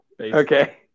Okay